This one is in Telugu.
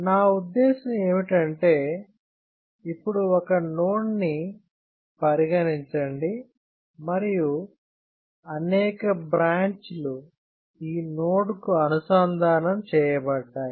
నా ఉద్దేశ్యం ఏమిటంటే ఇప్పుడు ఒక నోడ్ని పరిగణించండి మరియు అనేక బ్రాంచ్లు ఈ నోడ్కు అనుసంధానం చేయబడ్డాయి